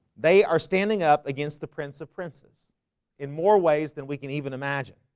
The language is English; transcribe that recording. they are standing up against the prince of princes in more ways than we can even imagine